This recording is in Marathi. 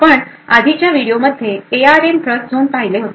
आपण आधीच्या व्हिडिओ मध्ये एआरएम ट्रस्टझोन पाहिले होते